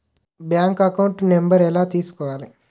Bank account number ఎలా తీసుకోవాలి?